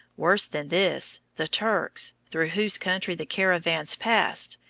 worse than this, the turks, through whose country the caravans passed,